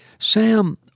Sam